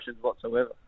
whatsoever